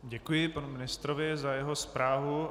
Děkuji panu ministrovi za jeho zprávu.